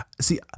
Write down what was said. See